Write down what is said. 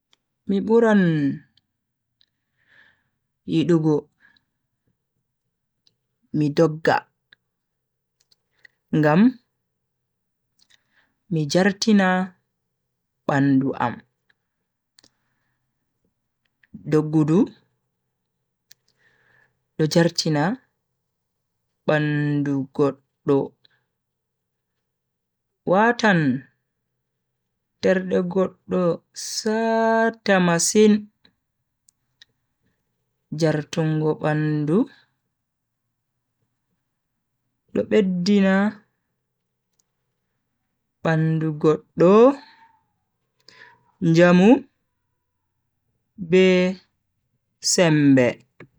Mi buran yidugo mi dogga ngam mi jartina bandu am. doggudu do jartina bandu goddo watan terde goddo saata masin. jartungo bandu do beddina bandu goddo njamu be sembe.